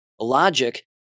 logic